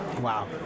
Wow